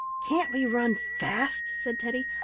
can't we run fast? said teddy.